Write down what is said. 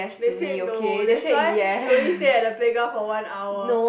they say no that's why you only stay at the playground for one hour